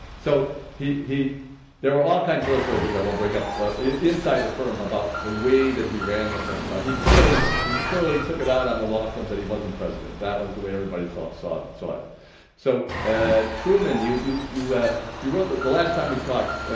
so he he there were all kinds of other stories which i won't break up but inside the firm about the way that he ran the firm but he clearly he clearly took it out on the law firm that he wasn't president. that was the way everybody thought saw it saw it so, ah truman you you you you wrote the the last time we talked, ah,